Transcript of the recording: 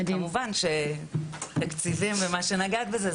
כמובן שתקציבים ומה שאת אמרת על זה,